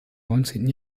neunzehnten